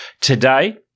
Today